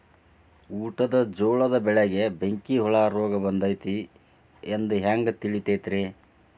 ಊಟದ ಜೋಳದ ಬೆಳೆಗೆ ಬೆಂಕಿ ಹುಳ ರೋಗ ಬಂದೈತಿ ಎಂದು ಹ್ಯಾಂಗ ತಿಳಿತೈತರೇ?